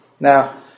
Now